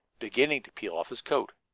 beginning to peel off his coat.